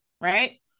right